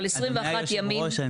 אבל 21 ימים --- אדוני יושב הראש,